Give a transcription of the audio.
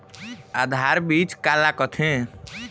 आधार बीज का ला कथें?